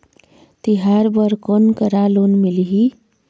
तिहार बर कोन करा लोन मिलही?